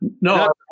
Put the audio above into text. No